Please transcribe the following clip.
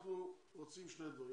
אנחנו רוצים שני דברים.